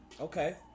Okay